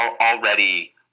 already